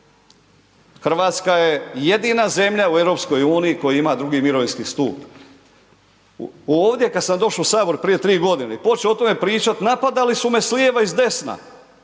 Hrvatska je jedina zemlja u EU koja ima drugi mirovinski stup. Ovdje kada sam došao u Sabor prije 3 godine i počeo o tome pričati napadali su me s lijeva i s desna,